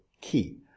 key